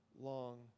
long